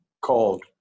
called